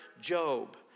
Job